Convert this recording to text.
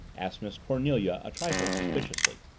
asked miss cornelia a trifle suspiciously.